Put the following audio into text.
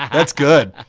that's good.